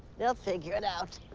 they'll figure it out.